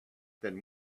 then